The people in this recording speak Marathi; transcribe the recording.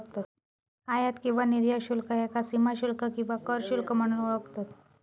आयात किंवा निर्यात शुल्क ह्याका सीमाशुल्क किंवा कर शुल्क म्हणून पण ओळखतत